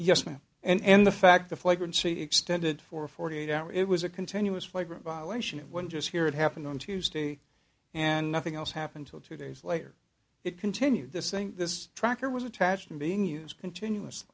yes ma'am and the fact the flagrante extended for forty eight hours it was a continuous flagrant violation of one just here it happened on tuesday and nothing else happened till two days later it continued the same this tracker was attached and being used continuous